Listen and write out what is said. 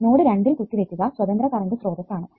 node രണ്ടിൽ കുത്തിവെക്കുക സ്വതന്ത്ര കറണ്ട് സ്രോതസ്സ് 0 ആണ്